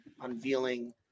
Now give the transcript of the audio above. unveiling